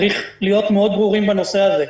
צריך להיות מאוד ברורים בנושא הזה.